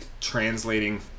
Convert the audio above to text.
translating